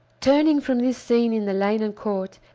turning from this scene in the lane and court,